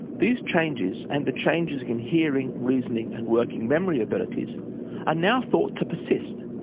these changes and the changes in hearing, reasoning and working memory abilities are now thought to persist,